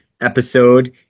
episode